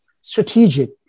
strategic